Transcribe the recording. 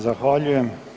Zahvaljujem.